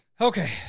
Okay